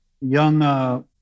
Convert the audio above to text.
young